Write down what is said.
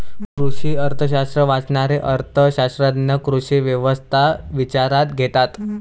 कृषी अर्थशास्त्र वाचणारे अर्थ शास्त्रज्ञ कृषी व्यवस्था विचारात घेतात